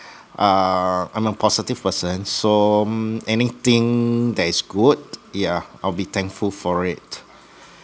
uh I'm a positive person so anything that is good yeah I'll be thankful for it